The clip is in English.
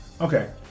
Okay